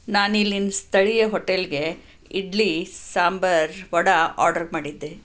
ನಾನಿಲ್ಲಿನ ಸ್ಥಳೀಯ ಹೋಟೆಲ್ಗೆ ಇಡ್ಲಿ ಸಾಂಬಾರು ವಡೆ ಆರ್ಡರ್ ಮಾಡಿದ್ದೆ